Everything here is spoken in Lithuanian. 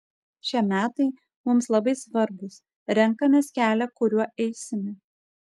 šie metai mums labai svarbūs renkamės kelią kuriuo eisime